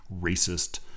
racist